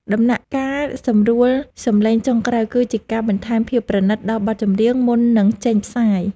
ដំណាក់កាលសម្រួលសំឡេងចុងក្រោយគឺជាការបន្ថែមភាពប្រណីតដល់បទចម្រៀងមុននឹងចេញផ្សាយ។